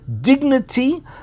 dignity